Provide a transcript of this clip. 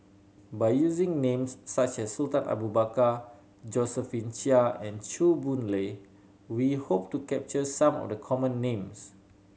by using names such as Sultan Abu Bakar Josephine Chia and Chew Boon Lay we hope to capture some of the common names